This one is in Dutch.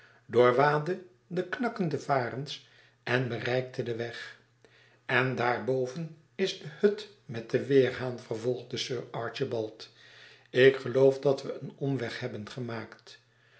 af doorwaadde de knakkende varens en bereikte den weg en daarboven is de hut met den weêrhaan vervolgde sir archibald ik geloof dat we een omweg hebben gemaakt